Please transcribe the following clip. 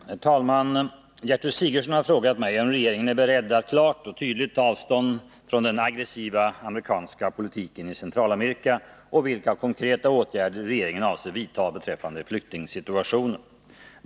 Herr talman! Gertrud Sigurdsen har frågat mig om regeringen är beredd att klart och tydligt ta avstånd från den aggressiva amerikanska politiken i Centralamerika och vilka konkreta åtgärder regeringen avser vidta beträffande flyktingsituationen.